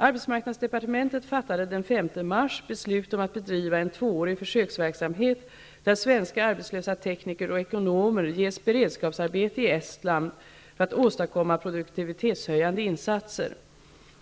Arbetsmarknadsdepartementet fattade den 5 mars beslut om att bedriva en tvåårig försöksverksamhet där svenska arbetslösa tekniker och ekonomer ges beredskapsarbete i Estland för att åstadkomma produktivitetshöjande insatser.